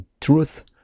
truth